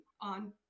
on